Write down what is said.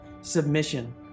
submission